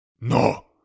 No